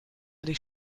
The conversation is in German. dich